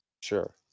Sure